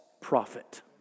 prophet